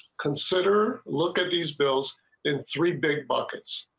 consider look at these bills and three big buckets.